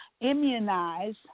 immunize